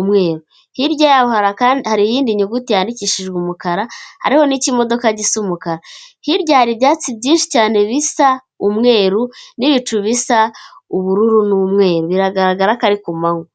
umweru. Hirya y'aho hari iyindi nyuguti yandikishijwe umukara hari n'ikimodoka gisa umukara, hirya hari ibyatsi byinshi cyane bisa umweru n'ibicu bisa ubururu n'umweru, biragaragara ko ari ku manywa.